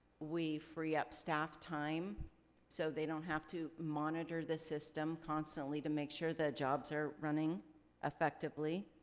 we free up staff time so they don't have to monitor the system constantly to make sure the jobs are running effectively,